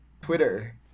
twitter